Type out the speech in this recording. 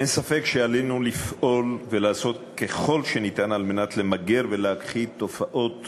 אין ספק שעלינו לפעול ולעשות ככל שניתן על מנת למגר ולהכחיד תופעות